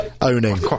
owning